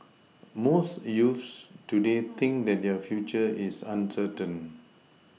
most youths today think that their future is uncertain